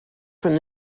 from